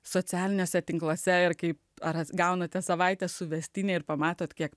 socialiniuose tinkluose ir kai ar gaunate savaitės suvestinę ir pamatot kiek